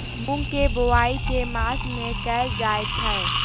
मूँग केँ बोवाई केँ मास मे कैल जाएँ छैय?